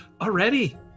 Already